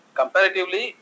comparatively